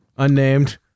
unnamed